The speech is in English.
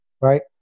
right